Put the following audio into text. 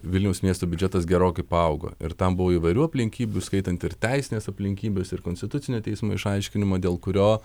vilniaus miesto biudžetas gerokai paaugo ir tam buvo įvairių aplinkybių įskaitant ir teisines aplinkybes ir konstitucinio teismo išaiškinimą dėl kurio